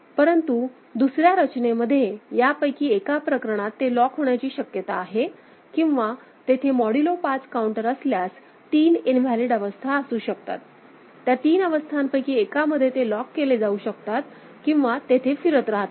परंतु दुसर्या रचनेमध्ये यापैकी एका प्रकरणात ते लॉक होण्याची शक्यता आहे किंवा तेथे मॉड्यूलो 5 काउंटर असल्यास तीन इनव्हॅलिड अवस्था असू शकतात त्या तीन अवस्थांपैकी एकामध्ये ते लॉक केले जाऊ शकतात किंवा तेथे फिरत राहतात